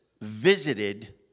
visited